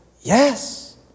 yes